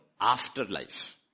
afterlife